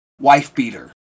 wife-beater